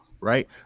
right